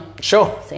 Sure